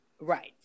right